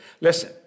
Listen